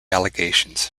allegations